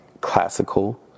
classical